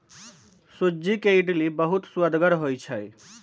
सूज्ज़ी के इडली बहुत सुअदगर होइ छइ